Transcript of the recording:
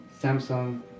Samsung